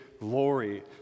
glory